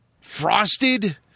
frosted